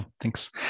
thanks